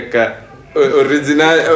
original